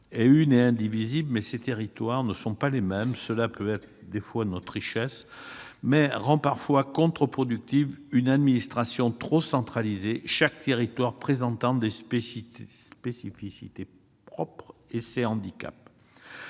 une et indivisible, mais ses territoires ne sont pas les mêmes. Cela constitue sans doute notre richesse, mais rend parfois contreproductive une administration trop centralisée, chaque territoire présentant des spécificités et des handicaps